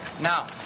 Now